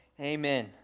Amen